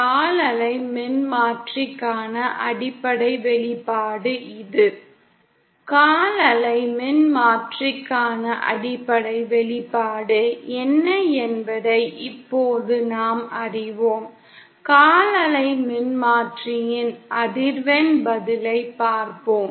கால் அலை மின்மாற்றிக்கான அடிப்படை வெளிப்பாடு என்ன என்பதை இப்போது நாம் அறிவோம் கால் அலை மின்மாற்றியின் அதிர்வெண் பதிலைப் பார்ப்போம்